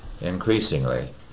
increasingly